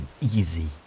easy